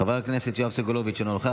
חבר הכנסת יואב סגלוביץ' אינו נוכח,